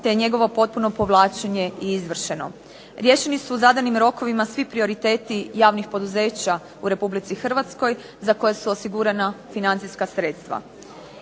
je njegovo potpuno povlačenje i izvršeno. Riješeni su u zadanim rokovima svi prioriteti javnih poduzeća u Republici Hrvatskoj za koje su osigurana financijska sredstva.